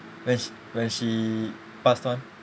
when sh~ when she passed on